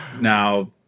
Now